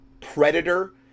predator